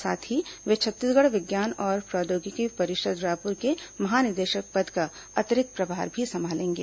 साथ ही वे छत्तीसगढ़ विज्ञान और प्रौद्योगिकी परिषद रायपुर के महानिदेशक पद का अतिरिक्त प्रभार भी संभालेंगे